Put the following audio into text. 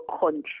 country